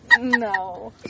No